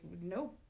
no